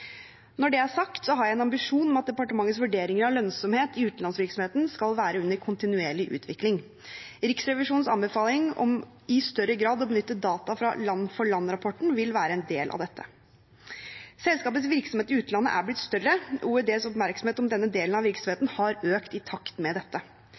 Når det er sagt, har jeg en ambisjon om at departementets vurderinger av lønnsomhet i utenlandsvirksomheten skal være under kontinuerlig utvikling. Riksrevisjonens anbefaling om i større grad å benytte data fra land-for-land-rapporten vil være en del av dette. Selskapets virksomhet i utlandet er blitt større, og OEDs oppmerksomhet om denne delen av